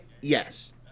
yes